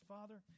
Father